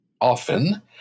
often